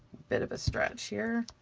bit of a stretch here.